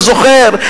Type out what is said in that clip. אתה זוכר?